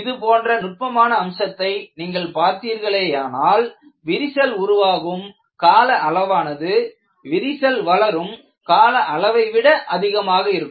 இது போன்ற நுட்பமான அம்சத்தை நீங்கள் பார்த்தீர்களேயானால் விரிசல் உருவாகும் கால அளவானது விரிசல் வளரும் கால அளவைவிட அதிகமாக இருக்கும்